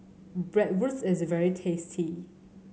Bratwurst is very tasty